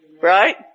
right